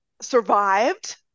survived